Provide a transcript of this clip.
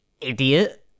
idiot